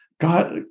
God